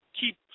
keep